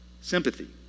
Sympathy